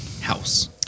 house